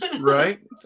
Right